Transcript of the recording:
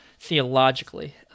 theologically